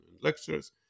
lectures